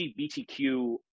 lgbtq